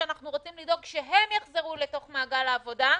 שאנחנו רוצים לדאוג שהם יחזרו לתוך מעגל העבודה,